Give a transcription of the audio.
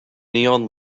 neon